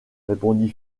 répondit